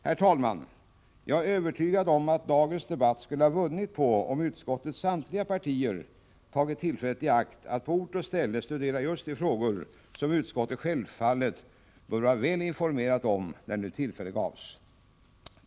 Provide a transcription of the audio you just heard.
Herr talman! Jag är övertygad om att dagens debatt skulle ha vunnit på att utskottets samtliga partier hade tagit tillfället i akt att på ort och ställe studera just de frågor som utskottet självfallet bör vara väl informerat om, när nu tillfälle gavs.